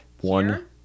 One